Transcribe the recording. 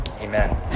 Amen